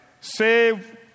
save